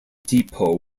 depot